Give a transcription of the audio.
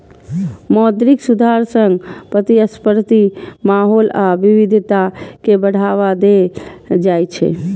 मौद्रिक सुधार सं प्रतिस्पर्धी माहौल आ विविधता कें बढ़ावा देल जाइ छै